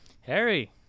Harry